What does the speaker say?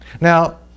Now